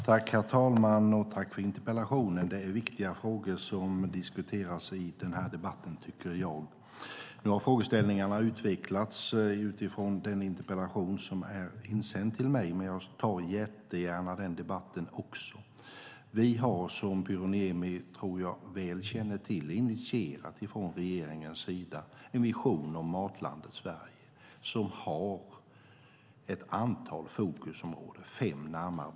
Herr talman! Tack för interpellationen! Det är viktiga frågor som diskuteras i den här debatten, tycker jag. Nu har frågeställningarna utvecklats jämfört med den interpellation som är ställd till mig, men jag tar jättegärna även den debatten. Vi har, som jag tror att Pyry Niemi väl känner till, från regeringens sida initierat en vision om Matlandet Sverige som har fem fokusområden.